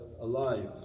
alive